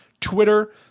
Twitter